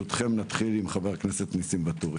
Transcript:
חבר הכנסת ניסים ואטורי.